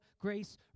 grace